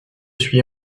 suis